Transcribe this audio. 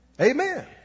Amen